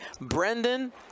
Brendan